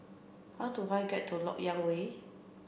how do I get to Lok Yang Way